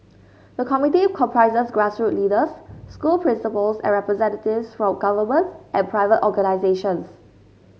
the committee comprises grassroots leaders school principals and representatives from government and private organisations